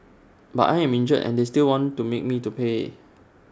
but I am injured and they still want to make me to pay